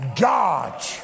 God